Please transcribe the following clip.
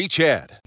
Chad